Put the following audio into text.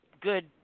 good